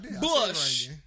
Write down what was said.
Bush